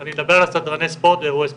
אני מדבר על סדרני ספורט באירועי ספורט.